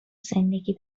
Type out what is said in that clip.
زندگی